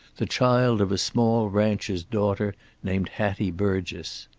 the child of a small rancher's daughter named hattie burgess.